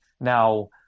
now